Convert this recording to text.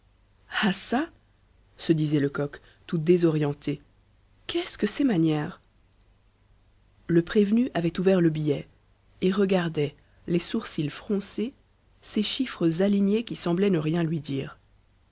ah ça se disait lecoq tout désorienté qu'est-ce que ces manières le prévenu avait ouvert le billet et regardait les sourcils froncés ces chiffres alignés qui semblaient ne rien lui dire